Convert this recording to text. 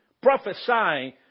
prophesying